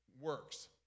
works